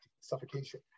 suffocation